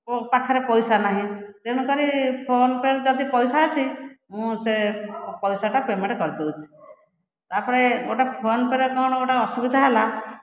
ମୋ ପାଖରେ ପଇସା ନାହିଁ ତେଣୁକରି ଫୋନ୍ ପେ' ରେ ଯଦି ପଇସା ଅଛି ମୁଁ ସେ ପଇସା ଟା ପେମେଣ୍ଟ୍ କରି ଦେଉଛି ତାପରେ ଗୋଟିଏ ଫୋନ୍ ପେ' ର କ'ଣ ଗୋଟିଏ ଅସୁବିଧା ହେଲା